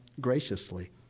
graciously